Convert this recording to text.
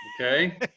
Okay